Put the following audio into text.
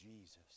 Jesus